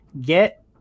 get